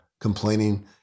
complaining